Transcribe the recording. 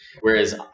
Whereas